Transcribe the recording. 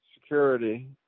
security